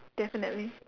definitely